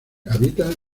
habita